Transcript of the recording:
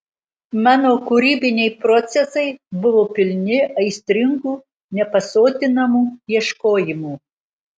mano kūrybiniai procesai buvo pilni aistringų nepasotinamų ieškojimų